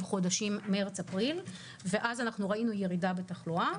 חודשים מרץ אפריל ואז אנחנו ראינו ירידה בתחלואה.